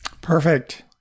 Perfect